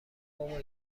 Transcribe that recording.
بابا